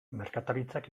merkataritzak